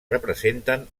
representen